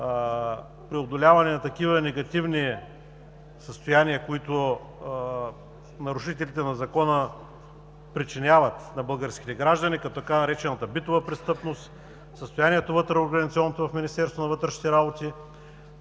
преодоляване на такива негативни състояния, които нарушителите на закона причиняват на българските граждани, като така наречената битова престъпност, организационното състояние вътре в Министерството на вътрешните работи.